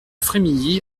frémilly